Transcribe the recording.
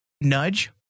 nudge